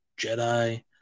Jedi